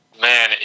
man